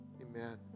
Amen